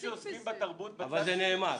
אבל זה נאמר.